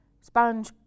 sponge